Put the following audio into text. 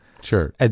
Sure